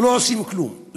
ולא עושים כלום.